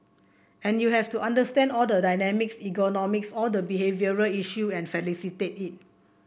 and you have to understand all the dynamics ergonomics all the behavioural issue and facilitate it